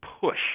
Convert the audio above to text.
push